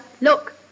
Look